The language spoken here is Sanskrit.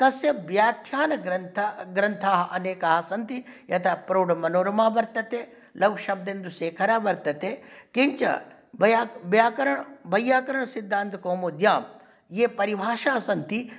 तस्य व्याख्यानग्रन्थः ग्रन्थाः अनेकाः सन्ति यथा प्रौढमनोरमा वर्तते लघुशब्देन्दुशेखरः वर्तते किञ्च बया व्याकरण वैयाकरणसिद्धान्तकौमुद्यां ये परिभाषाः सन्ति